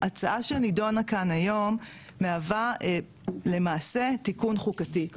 ההצעה שנידונה כאן היום מהווה למעשה תיקון חוקתי,